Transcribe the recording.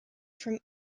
from